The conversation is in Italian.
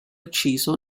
ucciso